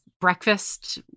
breakfast